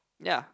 ya